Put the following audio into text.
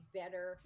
better